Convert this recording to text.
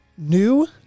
New